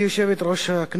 גברתי היושבת-ראש,